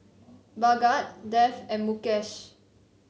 Bhagat Dev and Mukesh